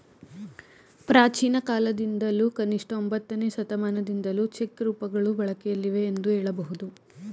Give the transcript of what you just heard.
ಪ್ರಾಚೀನಕಾಲದಿಂದಲೂ ಕನಿಷ್ಠ ಒಂಬತ್ತನೇ ಶತಮಾನದಿಂದಲೂ ಚೆಕ್ ರೂಪಗಳು ಬಳಕೆಯಲ್ಲಿವೆ ಎಂದು ಹೇಳಬಹುದು